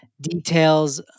details